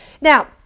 Now